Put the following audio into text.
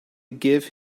give